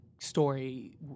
story